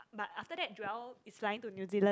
but after that Joel is flying to New Zealand